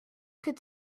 could